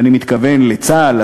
ואני מתכוון לצה"ל,